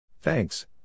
Thanks